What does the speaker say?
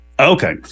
Okay